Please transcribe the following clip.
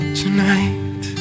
tonight